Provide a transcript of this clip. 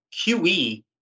QE